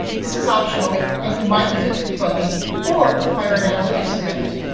this is optional, and you might use it for debugging or to fire an analytics event.